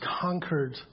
conquered